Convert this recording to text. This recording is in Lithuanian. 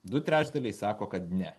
du trečdaliai sako kad ne